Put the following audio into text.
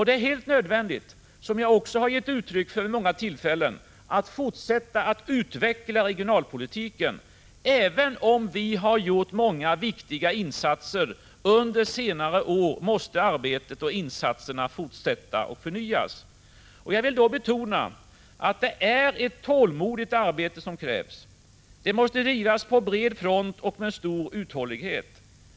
Det är helt nödvändigt, som jag också har gett uttryck för vid många tillfällen, att fortsätta att utveckla regionalpolitiken. Även om vi har gjort många viktiga insatser under senare år, måste arbetet och insatserna fortsätta att förnyas. Jag vill betona att det är ett tålmodigt arbete som krävs. Det måste bedrivas på bred front och med stor uthållighet.